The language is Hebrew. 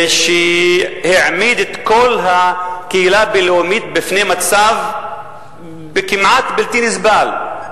שהעמיד את כל הקהילה הבין-לאומית בפני מצב כמעט בלתי נסבל?